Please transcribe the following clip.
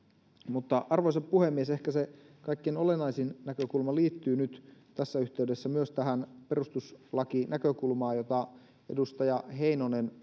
mutta arvoisa puhemies ehkä se kaikkein olennaisin näkökulma liittyy nyt tässä yhteydessä myös tähän perustuslakinäkökulmaan jota edustaja heinonen